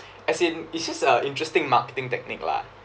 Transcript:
as in it's just uh interesting marketing technique lah